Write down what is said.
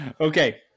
okay